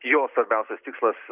jo svarbiausias tikslas